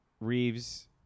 Reeves